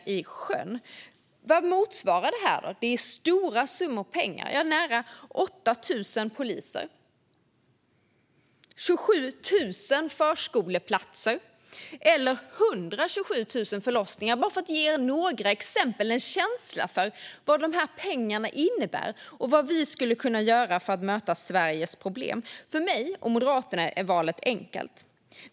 Vad motsvarar då detta? Det är stora summor pengar. Det motsvarar nära 8 000 poliser, 27 000 förskoleplatser eller 127 000 förlossningar, bara för att ge er några exempel och en känsla för vad dessa pengar innebär och vad vi skulle kunna göra för att möta Sveriges problem. För mig och Moderaterna är valet enkelt.